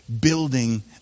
Building